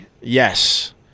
Yes